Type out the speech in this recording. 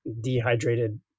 dehydrated